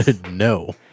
No